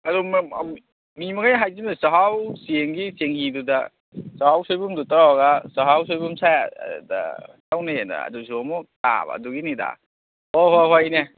ꯑꯗꯨ ꯃꯤ ꯃꯈꯩ ꯍꯥꯏꯕꯗꯗꯤ ꯆꯍꯥꯎ ꯆꯦꯡꯒꯤ ꯆꯦꯡꯍꯤꯗꯨꯗ ꯆꯍꯥꯎ ꯁꯣꯏꯕꯨꯝꯗꯨ ꯇꯧꯔꯒ ꯆꯍꯥꯎ ꯁꯣꯏꯕꯨꯝꯁꯦ ꯇꯧꯅꯩꯑꯦꯅ ꯑꯗꯨꯁꯨ ꯑꯃꯨꯛ ꯇꯥꯕ ꯑꯗꯨꯒꯤꯅꯤꯗ ꯍꯣꯏ ꯍꯣꯏ ꯍꯣꯏ ꯏꯅꯦ